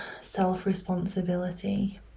self-responsibility